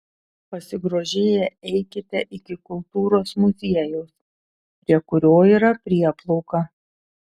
pasigrožėję eikite iki kultūros muziejaus prie kurio yra prieplauka